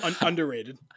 Underrated